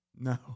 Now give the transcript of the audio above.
No